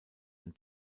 and